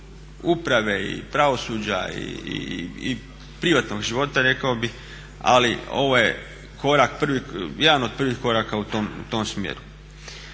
uprave, i pravosuđa i privatnog života rekao bih, ali ovo je prvi korak, jedan od prvih koraka u tom smjeru.